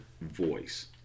voice